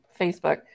Facebook